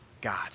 God